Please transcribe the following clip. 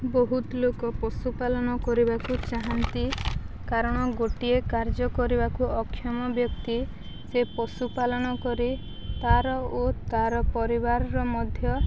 ବହୁତ ଲୋକ ପଶୁପାଳନ କରିବାକୁ ଚାହାନ୍ତି କାରଣ ଗୋଟିଏ କାର୍ଯ୍ୟ କରିବାକୁ ଅକ୍ଷମ ବ୍ୟକ୍ତି ସେ ପଶୁପାଳନ କରି ତାର ଓ ତାର ପରିବାରର ମଧ୍ୟ